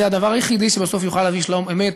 זה הדבר היחיד שבסוף יוכל להביא שלום אמת.